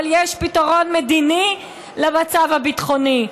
אבל יש פתרון מדיני למצב הביטחוני.